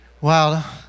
Wow